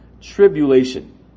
Tribulation